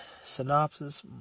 synopsis